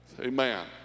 Amen